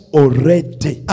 already